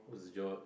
was